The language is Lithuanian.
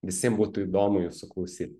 visiem būtų įdomu jūsų klausyt